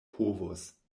povus